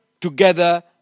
together